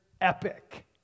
epic